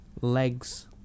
Legs